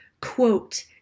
quote